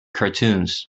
cartoons